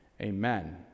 Amen